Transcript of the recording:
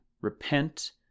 repent